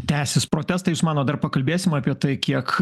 tęsis protestai jūs manot dar pakalbėsim apie tai kiek